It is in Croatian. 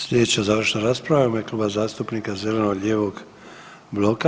Sljedeća završna rasprava je u ime Kluba zastupnika zeleno-lijevog bloka.